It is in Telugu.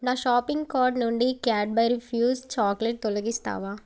నా షాపింగ్ కార్డ్ నుండి క్యాడ్బరి ఫ్యూజ్ చాక్లెట్ తొలగిస్తావా